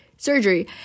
Surgery